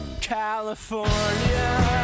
California